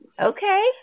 Okay